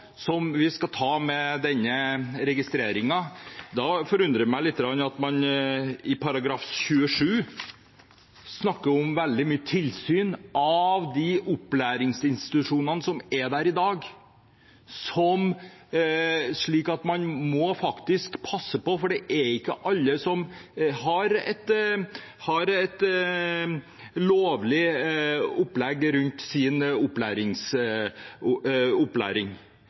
som Senterpartiets holdning til dette spørsmålet. Bengt Fasteraune snakker om at det bare er noen få vi skal ta med denne registreringen. Da forundrer det meg litt at man i § 27 snakker mye om tilsyn av de opplæringsinstitusjonene som vi har i dag. Man må faktisk passe på, for det er ikke alle som har et lovlig opplegg rundt sin opplæring.